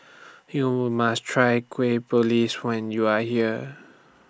YOU must Try Kueh Please when YOU Are here